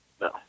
no